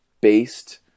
based